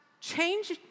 change